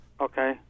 Okay